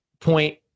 point